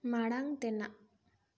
ᱢᱟᱲᱟᱝ ᱛᱮᱱᱟᱜ